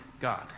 God